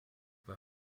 war